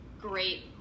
great